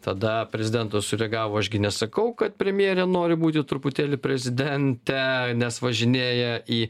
tada prezidentas sureagavo aš gi nesakau kad premjerė nori būti truputėlį prezidente nes važinėja į